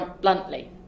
bluntly